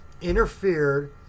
interfered